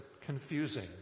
confusing